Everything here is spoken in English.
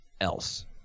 else